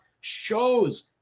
shows